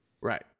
Right